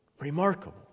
remarkable